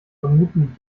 vermuten